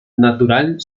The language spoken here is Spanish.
natural